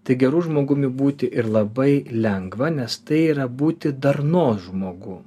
tik geru žmogumi būti ir labai lengva nes tai yra būti darnos žmogu